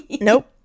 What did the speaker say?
Nope